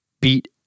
beat